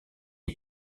est